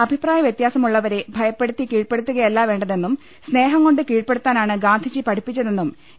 അഭിപ്രായ വ്യത്യാസമുള്ളവരെ ഭയപ്പെടുത്തി കീഴ്പ്പെടുത്തുകയല്ല വേണ്ടതെന്നും സ് നേഹം കൊണ്ട് കീഴ്പ്പെടുത്താനാണ് ഗാന്ധിജി പഠിപ്പിച്ചതെന്നും എ